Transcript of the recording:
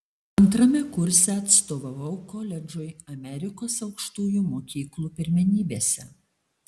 antrame kurse atstovavau koledžui amerikos aukštųjų mokyklų pirmenybėse